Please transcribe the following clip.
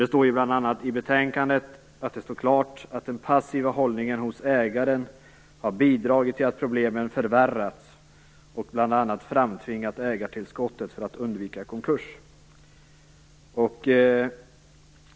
Det står bl.a. i betänkandet att det står klart att den passiva hållningen hos ägaren har bidragit till att problemen förvärrats och framtvingat ett ägartillskott för att undvika konkurs.